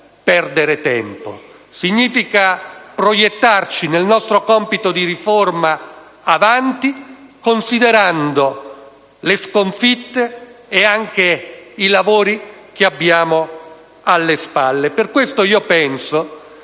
Significa proiettarci nel nostro compito di riforma in avanti, considerando le sconfitte e anche il lavoro che abbiamo alle spalle.